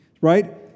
Right